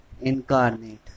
incarnate